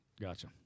Gotcha